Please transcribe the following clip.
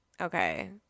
okay